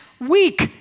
week